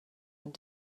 and